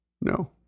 No